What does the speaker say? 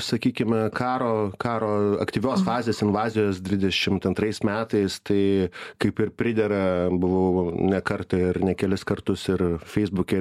sakykime karo karo aktyvios fazės invazijos dvidešimt antrais metais tai kaip ir pridera buvau ne kartą ir ne kelis kartus ir feisbuke